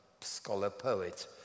scholar-poet